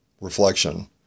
reflection